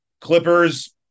Clippers